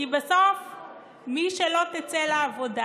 כי בסוף מי שלא תצא לעבודה